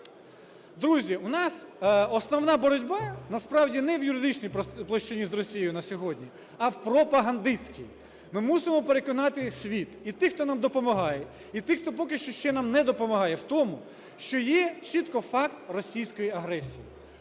Друзі, у нас основна боротьба насправді не в юридичній площині з Росією на сьогодні, а в пропагандистській. Ми мусимо переконати світ: і тих, хто нам допомагає, і тих, хто поки що ще нам не допомагає, в тому, що є чітко факт російської агресії.